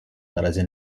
наразі